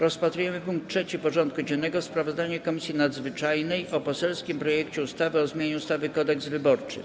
Powracamy do rozpatrzenia punktu 3. porządku dziennego: Sprawozdanie Komisji Nadzwyczajnej o poselskim projekcie ustawy o zmianie ustawy Kodeks wyborczy.